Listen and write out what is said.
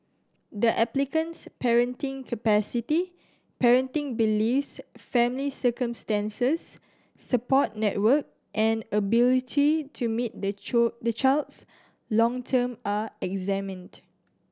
the applicant's parenting capacity parenting beliefs family circumstances support network and ability to meet the the child's long term are examined